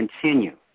continue